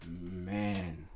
Man